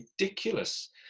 ridiculous